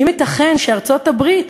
האם ייתכן שארצות-הברית,